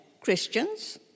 Christians